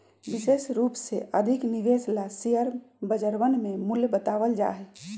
विशेष रूप से अधिक निवेश ला शेयर बजरवन में मूल्य बतावल जा हई